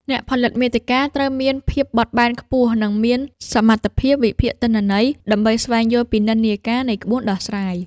អ្នកផលិតមាតិកាត្រូវមានភាពបត់បែនខ្ពស់ និងមានសមត្ថភាពវិភាគទិន្នន័យ ដើម្បីស្វែងយល់ពីនិន្នាការនៃក្បួនដោះស្រាយ។